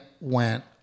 went